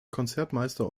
konzertmeister